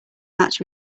match